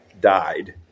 died